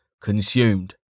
consumed